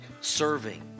serving